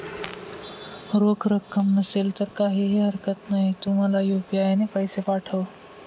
रोख रक्कम नसेल तर काहीही हरकत नाही, तू मला यू.पी.आय ने पैसे पाठव